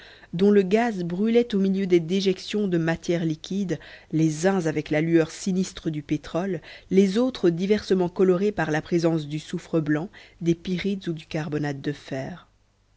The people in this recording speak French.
dont le gaz brûlait au milieu des déjections de matières liquides les uns avec la lueur sinistre du pétrole les autres diversement colorés par la présence du soufre blanc des pyrites ou du carbonate de fer